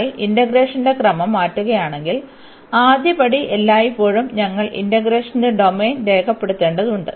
നിങ്ങൾ ഇന്റഗ്രേഷന്റെ ക്രമം മാറ്റുകയാണെങ്കിൽ ആദ്യപടി എല്ലായ്പ്പോഴും ഞങ്ങൾ ഇന്റഗ്രേഷന്റെ ഡൊമെയ്ൻ രേഖപ്പെടുത്തേണ്ടതുണ്ട്